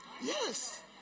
Yes